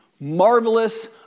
marvelous